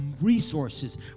resources